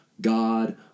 God